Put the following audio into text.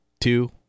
two